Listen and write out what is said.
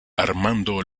armando